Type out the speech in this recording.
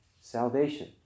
salvation